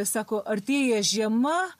sako artėja žiema